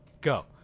go